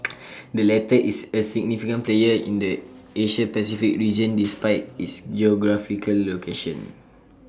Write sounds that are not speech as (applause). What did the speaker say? (noise) the latter is A significant player in the Asia Pacific region despite its geographical location